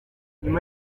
nyuma